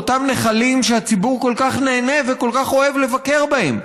לאותם נחלים שהציבור כל כך נהנה וכל כך אוהב לבקר בהם.